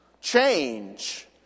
change